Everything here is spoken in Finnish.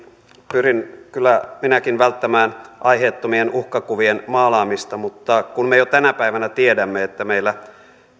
pyrin kyllä minäkin välttämään aiheettomien uhkakuvien maalaamista mutta kun me jo tänä päivänä tiedämme että meillä